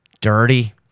Dirty